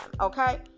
okay